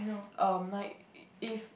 uh like if